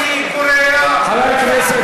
אבל אני קורע את החוק הזה,